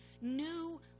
new